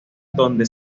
donde